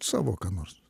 savo ką nors